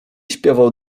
śpiewał